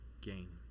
gain